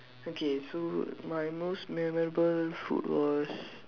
okay so my most memorable food was